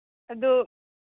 ꯑꯗꯨ